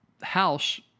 House